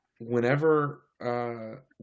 whenever